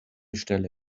stelle